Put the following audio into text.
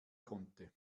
konnte